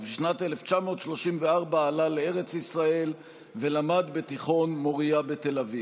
ובשנת 1934 עלה לארץ ישראל ולמד בתיכון מוריה בתל אביב.